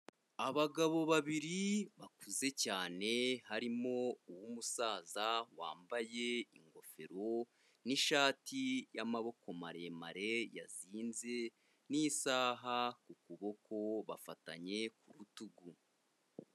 Abagabo babiri bakuze cyane harimo uw'umusaza, wambaye ingofero n'ishati y'amaboko maremare yazinze n'isaha ku kuboko bafatanye ku rutugu.